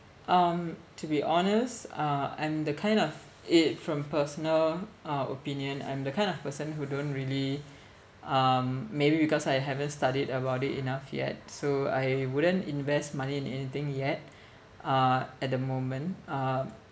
um to be honest uh I'm the kind of it from personal uh opinion I'm the kind of person who don't really um maybe because I haven't studied about it enough yet so I wouldn't invest money in anything yet uh at the moment uh